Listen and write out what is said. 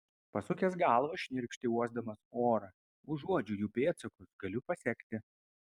pasukęs galvą šnirpštė uosdamas orą užuodžiu jų pėdsakus galiu pasekti